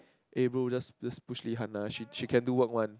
eh bro just just push Lee-Han lah she she can do work one